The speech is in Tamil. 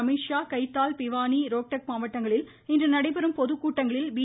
அமித்ஷா கைத்தால் பிவாணி ரோஹ்டெக் மாவட்டங்களில் இன்று நடைபெறும் பொதுக்கூட்டங்களில் பி